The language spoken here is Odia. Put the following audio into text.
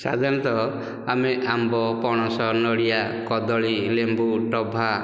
ସାଧାରଣତଃ ଆମେ ଆମ୍ବ ପଣସ ନଡ଼ିଆ କଦଳୀ ଲେମ୍ବୁ ଟଭା